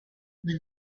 when